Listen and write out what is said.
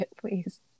please